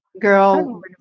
girl